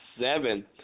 seven